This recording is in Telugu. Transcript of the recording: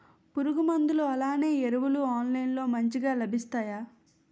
పురుగు మందులు అలానే ఎరువులు ఆన్లైన్ లో మంచిగా లభిస్తాయ?